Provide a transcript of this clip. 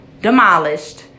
demolished